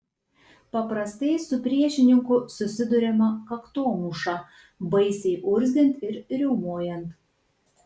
paprastai su priešininku susiduriama kaktomuša baisiai urzgiant ir riaumojant